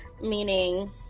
meaning